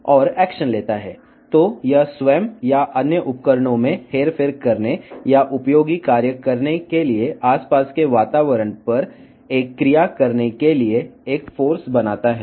కాబట్టి యాక్యుయేటర్ తనను లేదా ఇతర పరికరాలను మార్చటానికి ఒక శక్తిని సృష్టిస్తుంది లేదా ఉపయోగకరమైన పనిని చేయడానికి పరిసర వాతావరణంలో చర్య తీసుకుంటుంది